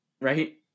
right